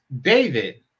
David